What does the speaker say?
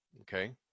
Okay